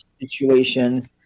situation